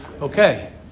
okay